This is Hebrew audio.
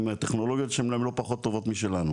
אם הטכנולוגיות שם הם לא פחות טובות משלנו.